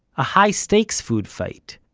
a high stakes food fight.